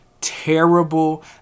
terrible